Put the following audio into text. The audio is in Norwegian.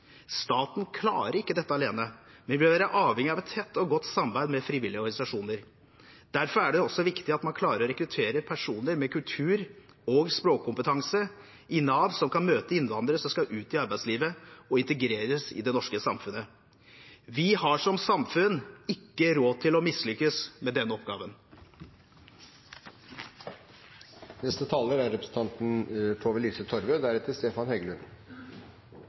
Staten klarer ikke dette alene, men vil være avhengig av et tett og godt samarbeid med frivillige organisasjoner. Derfor er det også viktig at man klarer å rekruttere personer med kultur- og språkkompetanse i Nav, personer som kan møte innvandrere som skal ut i arbeidslivet og integreres i det norske samfunnet. Vi har som samfunn ikke råd til å mislykkes med denne oppgaven. Årets budsjettbehandling har et dystert bakteppe. Arbeidsledigheten på Vestlandet er